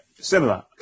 similar